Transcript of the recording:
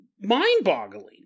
mind-boggling